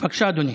בבקשה, אדוני.